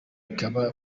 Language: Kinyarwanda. ikaba